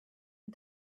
and